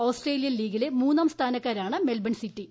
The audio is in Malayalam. ഓസ്ട്രേട്ടലിയൻ ലീഗിലെ മൂന്നാം സ്ഥാനക്കാരാണ് മെൽബൺ സിറ്റി